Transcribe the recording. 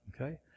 Okay